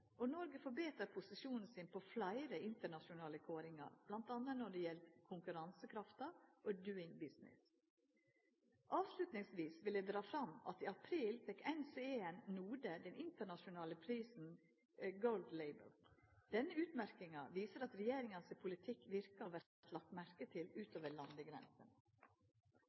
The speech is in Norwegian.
året. Noreg betrar posisjonen sin på fleire internasjonale kåringar, bl.a. når det gjeld konkurransekrafta og «Doing Business». Til slutt vil eg dra fram at i april fekk NCE NODE den internasjonale prisen «Gold Label». Denne utmerkinga viser at regjeringa sin politikk verkar og vert lagd merke til utover landegrensene.